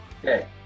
Okay